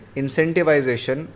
incentivization